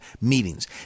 meetings